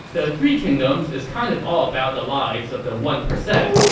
the three kingdoms is kind of all about the lives of the one percent,